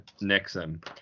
Nixon